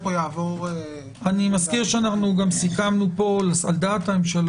גם סיכמנו פה על דעת הממשלה,